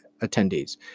attendees